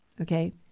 okay